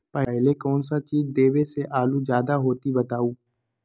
पहले कौन सा चीज देबे से आलू ज्यादा होती बताऊं?